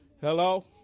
Hello